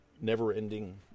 never-ending